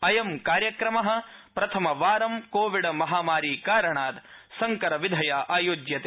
अयं कार्यक्रमः प्रथमंवारं कोविड् महामारी कारणाद् संकर विधया आयोज्यते